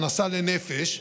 הכנסה לנפש,